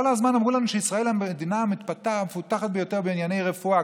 כל הזמן אמרו לנו שישראל מדינה המפותחת ביותר בענייני רפואה.